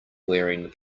wearing